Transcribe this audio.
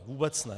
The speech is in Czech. Vůbec ne.